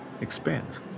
expands